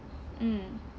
mm